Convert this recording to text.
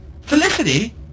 Felicity